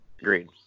Agreed